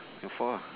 your fault lah